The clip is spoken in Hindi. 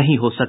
नहीं हो सका